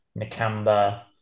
Nakamba